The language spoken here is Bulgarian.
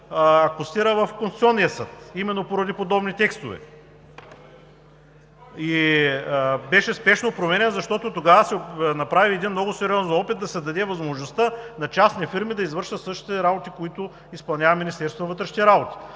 акостира в Конституционния съд именно поради подобни текстове и беше спешно променян, защото тогава се направи един много сериозен опит да се даде възможността на частни фирми да извършват същите работи, които изпълнява Министерството на вътрешните работи.